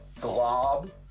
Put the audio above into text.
glob